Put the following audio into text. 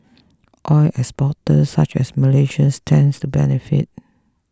oil exporters such as Malaysia stand to benefit